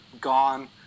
gone